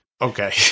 Okay